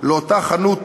לאותה חנות